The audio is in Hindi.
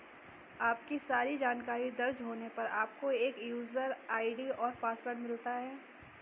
आपकी सारी जानकारी दर्ज होने पर, आपको एक यूजर आई.डी और पासवर्ड मिलता है